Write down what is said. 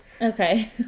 Okay